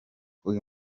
uyu